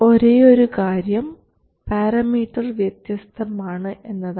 ഒരേയൊരു കാര്യം പാരമീറ്റർ വ്യത്യസ്തമാണ് എന്നതാണ്